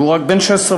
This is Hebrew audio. והוא רק בן 16.5,